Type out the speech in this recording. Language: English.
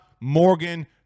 Morgan